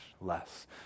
less